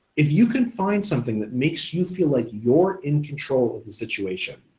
if you can find something that makes you feel like you're in control of the situation,